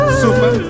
super